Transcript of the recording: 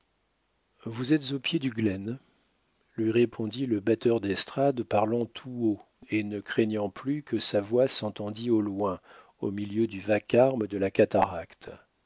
vous êtes au pied du glenn lui répondit le batteur d'estrade parlant tout haut et ne craignant plus que sa voix s'entendit au loin au milieu du vacarme de la cataracte